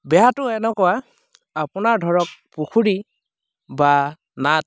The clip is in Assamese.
বেয়াটো এনেকুৱা আপোনাৰ ধৰক পুখুৰী বা নাদ